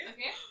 Okay